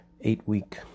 eight-week